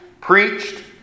preached